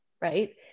right